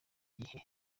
gihe